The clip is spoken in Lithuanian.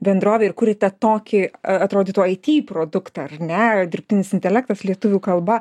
bendrovė ir kuriate tokį a atrodytų it produktą ar ne dirbtinis intelektas lietuvių kalba